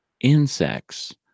insects